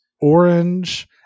orange